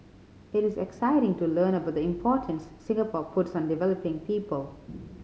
it is exciting to learn about the importance Singapore puts on developing people